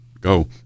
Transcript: go